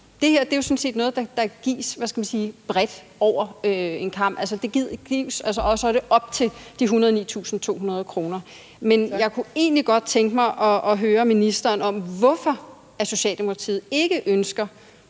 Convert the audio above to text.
set noget, der kan gives over en bred kam, og så er det op til de 109.200 kr. Men jeg kunne egentlig godt tænke mig at høre ministeren om, hvorfor Socialdemokratiet ikke ønsker